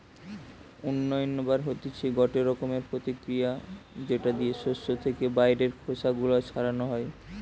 উইন্নবার হতিছে গটে রকমের প্রতিক্রিয়া যেটা দিয়ে শস্য থেকে বাইরের খোসা গুলো ছাড়ানো হয়